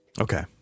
Okay